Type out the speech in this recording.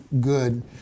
good